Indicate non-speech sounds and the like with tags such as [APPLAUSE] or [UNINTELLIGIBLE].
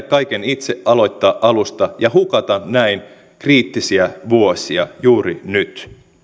[UNINTELLIGIBLE] kaiken itse aloittaa alusta ja hukata näin kriittisiä vuosia juuri nyt